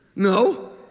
No